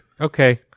okay